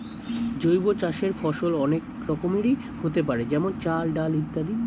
জৈব চাষের ফসল অনেক রকমেরই হতে পারে যেমন চাল, ডাল ইত্যাদি